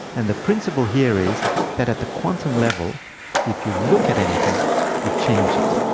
and the principle here is that at the quantum level if you look at anything you change it.